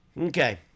Okay